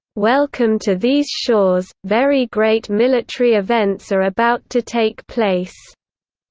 welcome to these shores, very great military events are about to take place!